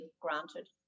granted